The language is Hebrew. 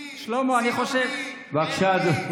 אתה בושה.